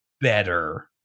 better